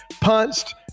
punched